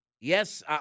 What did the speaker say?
yes